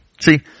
see